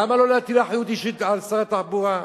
למה לא להטיל אחריות אישית על שר התחבורה?